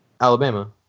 Alabama